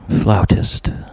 flautist